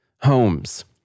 homes